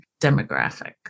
demographic